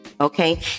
Okay